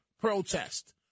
protest